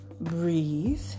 breathe